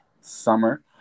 summer